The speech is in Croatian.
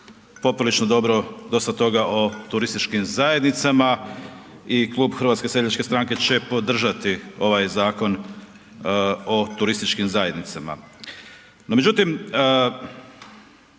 poprilično dobro dosta toga o turističkim zajednicama i Klub HSS-a će podržati ovaj zakon o turističkim zajednicama.